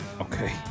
Okay